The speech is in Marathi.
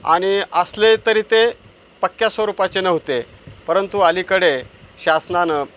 आणि असले तरी ते पक्क्या स्वरूपाचे नव्हते परंतु अलीकडे शासनानं